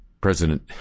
President